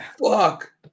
Fuck